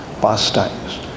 pastimes